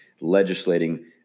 legislating